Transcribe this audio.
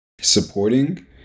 supporting